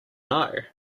know